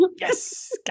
Yes